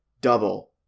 double